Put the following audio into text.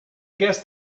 guess